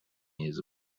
years